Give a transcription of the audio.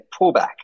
pullback